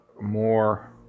more